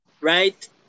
right